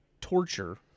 torture